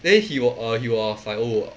then he wa~ uh he was like oh